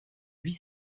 huit